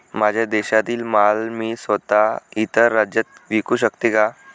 माझ्या शेतातील माल मी स्वत: इतर राज्यात विकू शकते का?